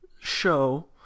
show